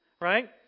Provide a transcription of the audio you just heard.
right